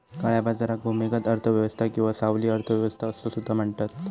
काळ्या बाजाराक भूमिगत अर्थ व्यवस्था किंवा सावली अर्थ व्यवस्था असो सुद्धा म्हणतत